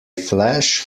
flash